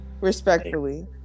Respectfully